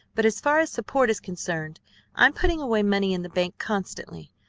but as far as support is concerned i'm putting away money in the bank constantly,